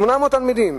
תלמידים.